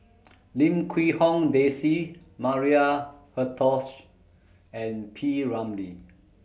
Lim Quee Hong Daisy Maria Hertogh and P Ramlee